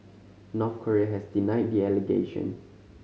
North Korea has denied the allegation